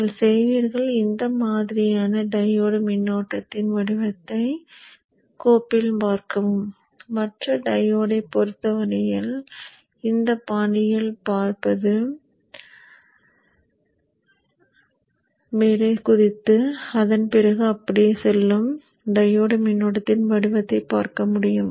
நீங்கள் செய்வீர்கள் இந்த மாதிரியான டையோடு மின்னோட்டத்தின் வடிவத்தை ஸ்கோப்பில் பார்க்கவும் மற்ற டையோடைப் பொறுத்தவரையிலும் இந்த பாணியில் பாய்ந்து மேலே குதித்து அதன் பிறகு அப்படியே செல்லும் டையோடு மின்னோட்டத்தின் வடிவத்தைக் பார்க்க முடியும்